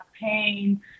pain